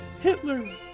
Hitler